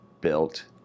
built